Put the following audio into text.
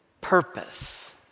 purpose